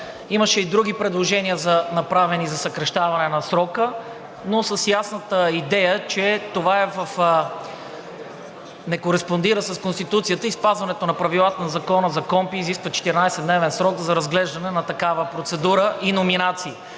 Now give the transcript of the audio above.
имаше и други предложения, направени за съкращаване на срока, но с ясната идея, че това не кореспондира с Конституцията и спазването на правилата в Закона за КПКОНПИ изисква 14-дневен срок за разглеждане на такава процедура и номинации.